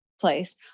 place